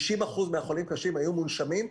60% מהחולים קשים היו מונשמים,